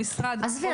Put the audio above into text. המשרד עובד --- עזבי,